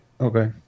okay